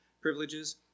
privileges